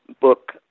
book